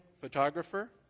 photographer